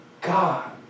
God